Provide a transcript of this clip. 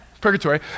purgatory